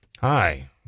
Hi